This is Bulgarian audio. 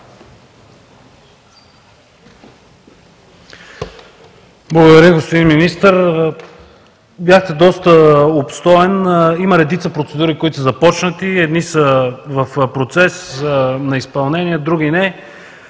Благодаря, господин Министър. Бяхте доста обстоен. Има редица процедури, които са започнати. Едни са в процес на изпълнение, други –